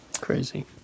Crazy